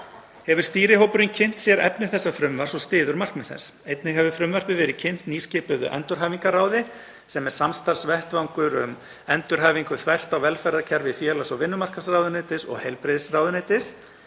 Hefur stýrihópurinn kynnt sér efni þessa frumvarps og styður markmið þess. Einnig hefur frumvarpið verið kynnt nýskipuðu endurhæfingarráði, sem er samstarfsvettvangur um endurhæfingu þvert á velferðarkerfi félags- og vinnumarkaðsráðuneytis og heilbrigðisráðuneytis,